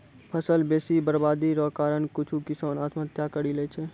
फसल बेसी बरवादी रो कारण कुछु किसान आत्महत्या करि लैय छै